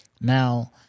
Now